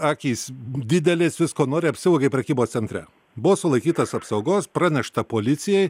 akys didelės visko nori apsivogė prekybos centre buvo sulaikytas apsaugos pranešta policijai